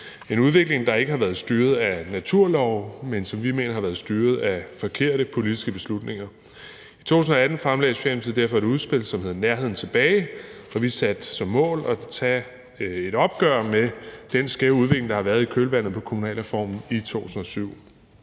en udvikling, der ikke har været styret af naturlove, men som vi mener har været styret af forkerte politiske beslutninger. I 2018 fremlagde Socialdemokratiet derfor et udspil, der hedder »Nærheden tilbage«, hvor vi satte som mål at tage et opgør med den skæve udvikling, der har været i kølvandet på kommunalreformen i 2007.